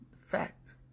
fact